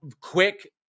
quick